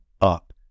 up